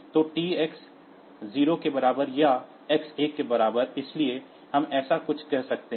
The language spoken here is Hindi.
तो Tx 0 के बराबर या x 1 के बराबर इसलिए हम ऐसा कुछ कर सकते हैं